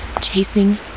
chasing